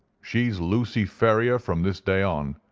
she's lucy ferrier from this day on.